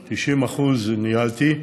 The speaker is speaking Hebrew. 90%, ניהלתי,